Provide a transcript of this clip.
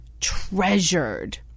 treasured